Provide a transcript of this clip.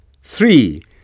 Three